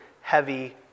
heavy